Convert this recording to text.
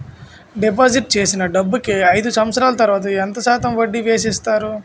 Deposit చేసిన డబ్బుకి అయిదు సంవత్సరాల తర్వాత ఎంత శాతం వడ్డీ వేసి ఇస్తారు?